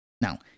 Now